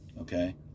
Okay